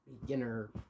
beginner